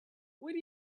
what